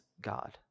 God